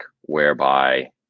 whereby